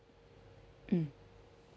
mm